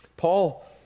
Paul